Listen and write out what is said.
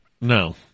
No